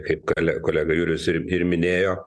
kaip gali kolega jurijus ir ir minėjo